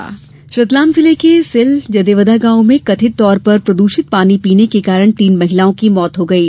द्वषित जल रतलाम जिले के सेल जदेवदा गांव में कथित तौर पर प्रदूषित पानी पीने के कारण तीन महिलाओं की मौत हो गयी